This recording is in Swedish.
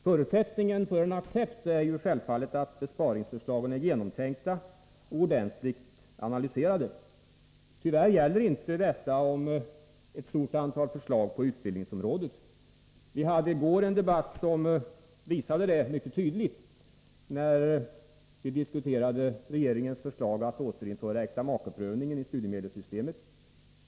Förutsättningen för en accept är självfallet att besparingsförslagen är genomtänkta och ordentligt analyserade. Tyvärr gäller inte detta om ett stort antal förslag på utbildningsområdet. Vi hade i går en debatt som visade detta mycket tydligt, när vi diskuterade regeringens förslag att återinföra äktamakeprövningen i studiemedelssystemet.